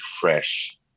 fresh